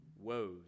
woes